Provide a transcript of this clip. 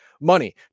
Money